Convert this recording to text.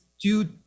due